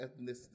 ethnicity